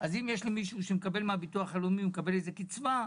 שאם יש מישהו שמקבל קצבה מהביטוח הלאומי מקזזים את זה מהפיצוי.